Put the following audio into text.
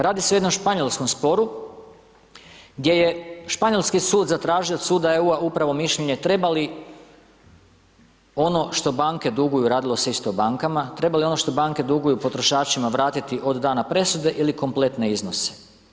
Radi se o jednom španjolskom sporu gdje je španjolski sud zatražio od suda EU-a upravo mišljenje treba li ono što banke duguju, radilo se isto o bankama, treba li ono što banke duguju potrošačima vratiti od dana presude ili kompletne iznose.